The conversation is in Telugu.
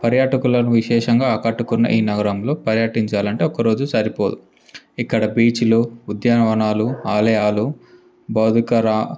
పర్యాటకులను విశేషంగా ఆకట్టుకున్న ఈ నగరంలో పర్యటించాలంటే ఒకరోజు సరిపోదు ఇక్కడ బీచ్లు ఉద్యానవనాలు ఆలయాలు బౌద్ధ కళ